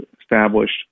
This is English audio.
established